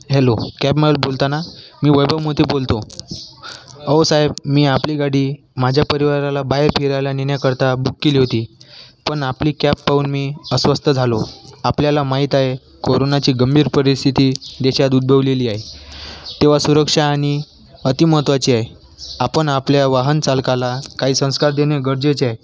hello cab मालक बोलता ना मी वैभव मोदी बोलतो अहो साहेब मी आपली गाडी माझ्या परिवाराला बाहेर फिरायला नेण्याकरता बुक केली होती पण आपली कॅब पाहून मी अस्वस्थ झालो आपल्याला माहीत आहे कोरोनाची गंभीर परिस्थिती देशात उद्भवलेली आहे तेव्हा सुरक्षा आणि अतिमहत्त्वाची आहे आपण आपल्या वाहनचालकाला काही संस्कार देणे गरजेचे आहे